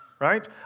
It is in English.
Right